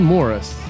Morris